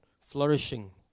flourishing